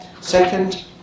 Second